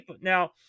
now